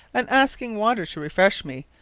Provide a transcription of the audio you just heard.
and asking water to refresh me,